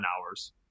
hours